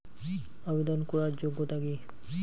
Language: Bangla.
আবেদন করার যোগ্যতা কি?